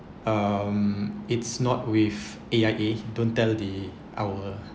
um it's not with A_I_A don't tell the our